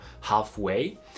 halfway